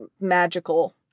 magical